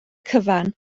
cyfan